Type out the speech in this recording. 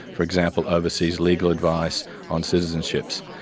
for example, overseas legal advice on citizenships.